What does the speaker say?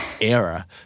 era